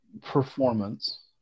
performance